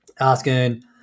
asking